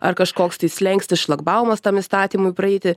ar kažkoks tai slenkstis šlagbaumas tam įstatymui praeiti